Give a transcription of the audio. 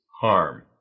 harm